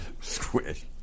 squish